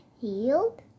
healed